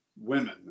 women